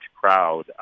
crowd